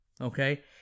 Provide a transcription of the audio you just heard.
Okay